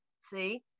see